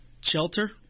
shelter